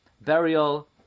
burial